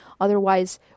Otherwise